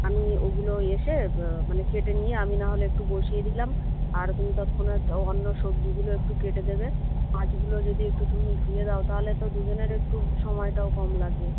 আমি ওগুলো এসে মানে কেটে নিয়ে আমি না হলে একটু বসিয়ে দিলাম আর তুমি ততক্ষণে অন্য সবজিগুলো একটু কেটে দেবে মাছগুলো যদি একটু তুমি ধুয়ে দাও তাহলে তো দুজনের একটু সময়টাও কম লাগবে